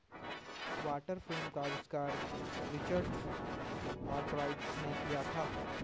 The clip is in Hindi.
वाटर फ्रेम का आविष्कार रिचर्ड आर्कराइट ने किया था